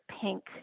pink